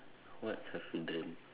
what have you dreamt